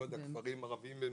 כפרים ערביים מנותקים,